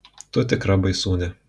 tu tikra baisūnė